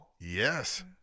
Yes